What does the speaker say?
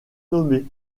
nommé